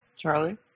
Charlie